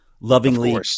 lovingly